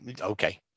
Okay